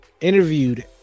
interviewed